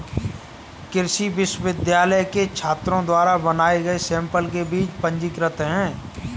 कृषि विश्वविद्यालय के छात्रों द्वारा बनाए गए सैंपल के बीज पंजीकृत हैं